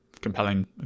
compelling